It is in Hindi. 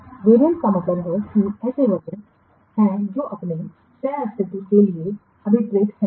वेरिएंट वेरिएंट का मतलब है कि वे ऐसे वर्जनहैं जो अपने सह अस्तित्व के लिए को अभिप्रेत हैं